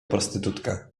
prostytutka